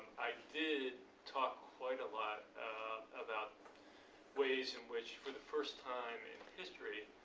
i did talk quite a lot about ways in which, for the first time in history,